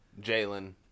Jalen